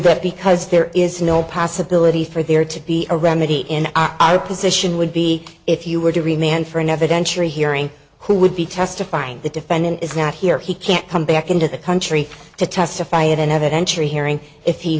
that because there is no possibility for there to be a remedy in our position would be if you were to remain for an evidentiary hearing who would be testifying the defendant is not here he can't come back into the country to testify at an evidentiary hearing if he